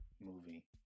movie